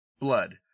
Blood